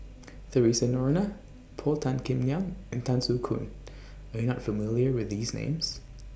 Theresa Noronha Paul Tan Kim Liang and Tan Soo Khoon Are YOU not familiar with These Names